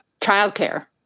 childcare